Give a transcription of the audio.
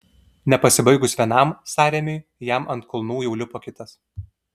nepasibaigus vienam sąrėmiui jam ant kulnų jau lipo kitas